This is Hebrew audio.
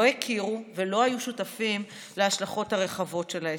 הכירו ולא היו שותפים להשלכות הרחבות של ההסכם.